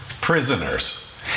Prisoners